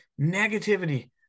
negativity